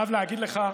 אני חייב להגיד לך,